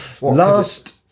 Last